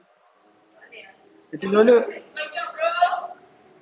eighteen dollar